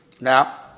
Now